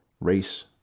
race